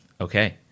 Okay